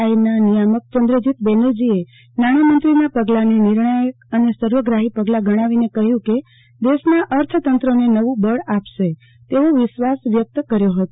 આઈના નિયામક ચંદ્રજીત બેનરજીએ નાણામંત્રીના પગલાને નિર્ણાયક અને સર્વગ્રાહી પગલા ગણાવીને કહ્યુ કે દેશના અર્થતંત્રને નવુ બળ આપશે તેવો વિશ્વાસ વ્યક્ત કર્યો હતો